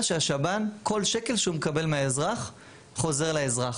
שהשב"ן כל שקל שהוא מקבל מהאזרח חוזר לאזרח.